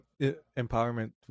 empowerment